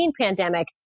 pandemic